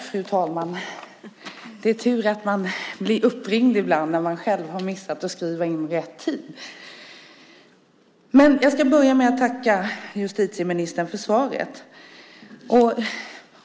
Fru talman! Jag ska börja med att tacka justitieministern för svaret.